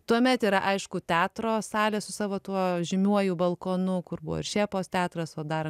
tuomet yra aišku teatro salė su savo tuo žymiuoju balkonu kur buvo ir šėpos teatras o dar